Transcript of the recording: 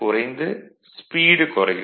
குறைந்து ஸ்பீடு குறையும்